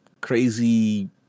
crazy